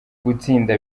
gutsinda